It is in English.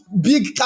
big